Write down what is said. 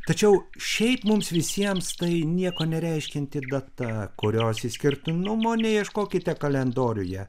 tačiau šiaip mums visiems tai nieko nereiškianti data kurios išskirtinumo neieškokite kalendoriuje